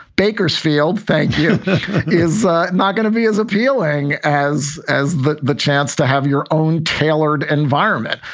bakersfield, thank you. this is not going to be as appealing as as the the chance to have your own tailored environment.